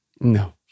No